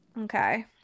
Okay